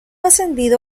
ascendido